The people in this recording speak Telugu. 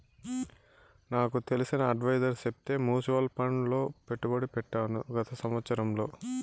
నాకు తెలిసిన అడ్వైసర్ చెప్తే మూచువాల్ ఫండ్ లో పెట్టుబడి పెట్టాను గత సంవత్సరంలో